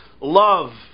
love